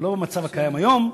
ולא במצב הקיים היום,